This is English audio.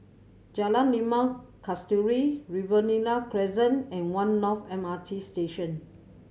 Jalan Limau Kasturi Riverina Crescent and One North M R T Station